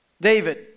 David